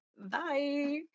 bye